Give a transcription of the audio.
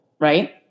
right